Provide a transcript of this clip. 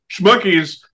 Schmuckies